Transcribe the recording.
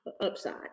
upside